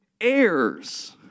heirs